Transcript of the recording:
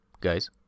guys